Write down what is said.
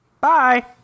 Bye